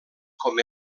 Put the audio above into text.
com